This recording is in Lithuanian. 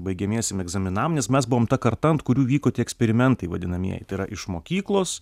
baigiamiesiem egzaminam nes mes buvom ta karta ant kurių vyko tie eksperimentai vadinamieji tai yra iš mokyklos